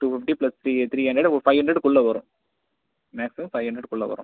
two fifty plus three three hundred ஒரு five ஹண்ட்ரட்க்குள்ளே வரும் மேக்சிமம் ஃபைவ் ஹண்ட்ரட்க்குள்ளே வரும்